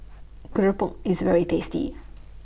Keropok IS very tasty